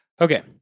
Okay